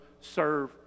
serve